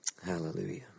Hallelujah